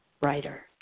writer